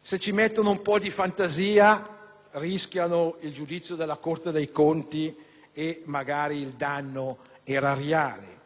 se ci mettono un po' di fantasia rischiano il giudizio della Corte dei conti e magari il danno erariale,